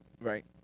Right